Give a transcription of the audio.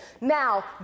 Now